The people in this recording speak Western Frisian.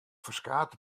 ferskate